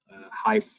high